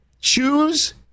Choose